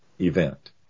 event